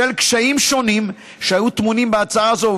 בשל קשיים שונים שהיו טמונים בהצעה הזאת